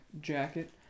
jacket